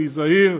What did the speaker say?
אני זהיר,